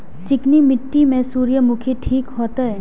चिकनी मिट्टी में सूर्यमुखी ठीक होते?